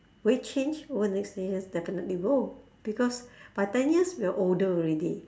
will it change over the next ten years definitely will because by ten years we're older already